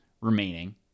remaining